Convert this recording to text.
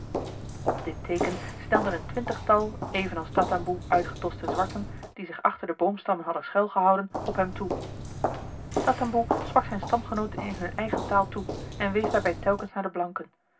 op dit teeken snelden een twintigtal evenals tatamboe uitgedoste zwarten die zich achter de boomstammen hadden schuil gehouden op hem toe tatamboe sprak zijn stamgenooten in hunne eigen taal toe en wees daarbij telkens naar de blanken